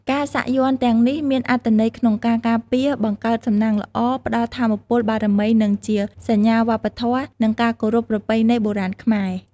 ការសាក់យ័ន្តទាំងនេះមានអត្ថន័យក្នុងការការពារ បង្កើតសំណាងល្អ ផ្ដល់ថាមពលបារមីនិងជា សញ្ញាវប្បធម៌ និងការគោរពប្រពៃណីបុរាណខ្មែរ។